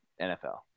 NFL